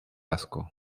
asco